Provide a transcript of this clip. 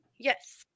Yes